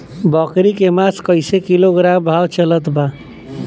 बकरी के मांस कईसे किलोग्राम भाव चलत बा?